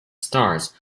stars